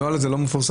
הנוהל הזה לא מפורסם.